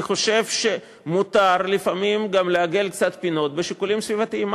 אני חושב שמותר לפעמים גם לעגל קצת פינות בשיקולים סביבתיים.